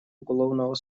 уголовного